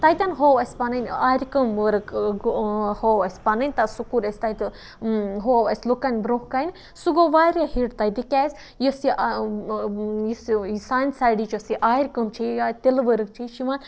تَتٮ۪ن ہوو اَسہِ پَنٕنۍ آرِ کٲم ؤرٕک ہوو اَسہِ پَنٕنۍ تہٕ سُہ کوٚر اَسہِ تَتہِ ہوو اَسہِ لُکَن بروںٛہہ کَنہِ سُہ گوٚو واریاہ ہِٹ تَتہِ کیٛازِ یُس یہِ یُس یہِ سانہِ سایڈِچ یُس یہِ آرِ کٲم چھِ یہِ یا تِلہٕ ؤرٕک چھِ یہِ چھِ یِوان